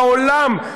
בעולם.